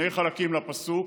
שני חלקים לפסוק: